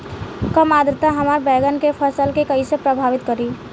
कम आद्रता हमार बैगन के फसल के कइसे प्रभावित करी?